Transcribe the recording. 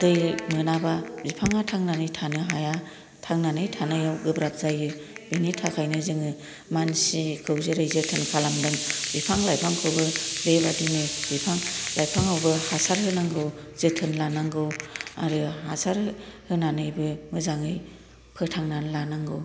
दै मोनाबा बिफांया थांनानै थानो हाया थांनानै थानायाव गोब्राब जायो बेनि थाखायनो जोङो मानसिखौ जेरै जोथोन खालामदों बिफां लाइफांखौबो बे बायदिनो बिफां लाइफांयावबो हासार होनांगौ जोथोन लानांगौ आरो हासार होनानैबो मोजांयै फोथांना लानांगौ